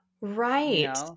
right